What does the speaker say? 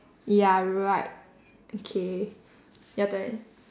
ya right okay your turn